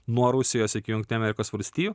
nuo rusijos iki jungtinių amerikos valstijų